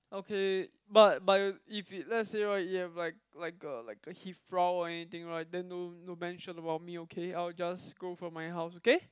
okay but but if he let's say right if he have like like a like a he frown or anything right then don't don't mention about me okay I'll just go from my house okay